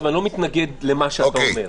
אני לא מתנגד למה שאתה אומר,